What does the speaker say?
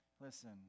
listen